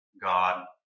God